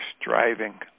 striving